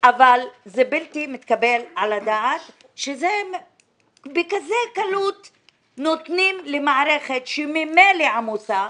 אבל זה בלתי מתקבל על הדעת שבקלות כזו נותנים למערכת שממילא עמוסה,